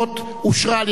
אושרה על-ידי הכנסת.